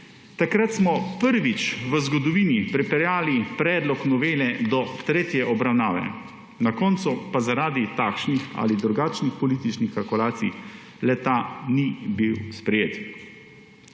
takrat smo prvič v zgodovini pripeljali predlog novele do tretje obravnave, na koncu pa zaradi takšnih ali drugačnih političnih kalkulacij le-ta ni bil sprejet.